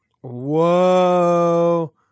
Whoa